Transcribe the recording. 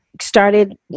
started